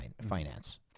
finance